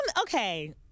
okay